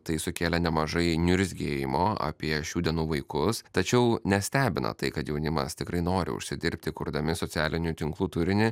tai sukėlė nemažai niurzgėjimo apie šių dienų vaikus tačiau nestebina tai kad jaunimas tikrai nori užsidirbti kurdami socialinių tinklų turinį